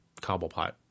Cobblepot